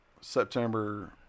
September –